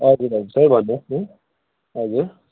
हजुर हजुर त्यही भन्नुहोस् न हजुर